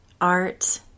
Art